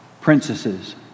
princesses